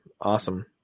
Awesome